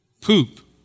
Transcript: poop